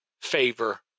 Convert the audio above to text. favor